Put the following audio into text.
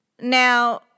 Now